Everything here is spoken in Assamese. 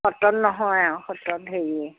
সত্ৰত নহয় আৰু সত্ৰত হেৰিয়ে